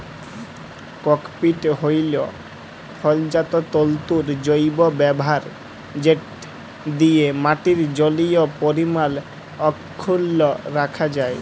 cocopeat হ্যইল ফলজাত তল্তুর জৈব ব্যাভার যেট দিঁয়ে মাটির জলীয় পরিমাল অখ্খুল্ল রাখা যায়